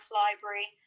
library